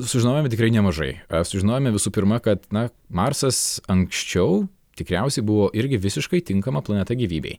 sužinojome tikrai nemažai sužinojome visų pirma kad na marsas anksčiau tikriausiai buvo irgi visiškai tinkama planeta gyvybei